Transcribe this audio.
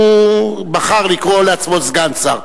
הוא בחר לקרוא לעצמו סגן שר.